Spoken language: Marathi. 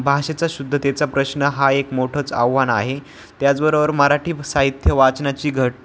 भाषेचा शुद्धतेचा प्रश्न हा एक मोठंच आव्हान आहे त्याचबरोबर मराठी साहित्य वाचनाची घट